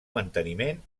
manteniment